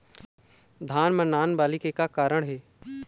धान म नान बाली के का कारण हे?